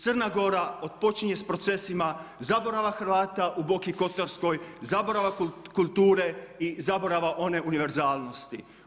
Crna Gora otpočinje sa procesima zaborava Hrvata u Boki kotarskoj, zaborava kulture i zaborava one univerzalnosti.